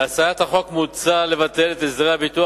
בהצעת החוק מוצע לבטל את הסדרי הביטוח